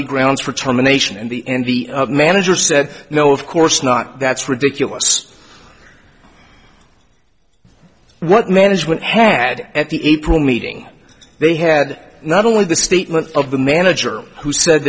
be grounds for termination and the and the manager said no of course not that's ridiculous what management had at the april meeting they had not only the statement of the manager who said